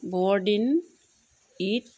বৰদিন ঈদ